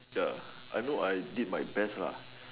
ya I know I did my best lah